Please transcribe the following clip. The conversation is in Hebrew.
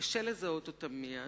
קשה לזהות אותם מייד,